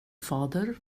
fader